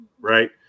Right